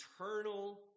eternal